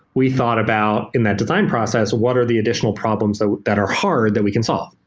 we thought about in that design process what are the additional problems that that are hard that we can solve?